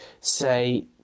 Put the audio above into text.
say